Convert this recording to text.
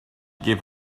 gave